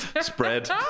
Spread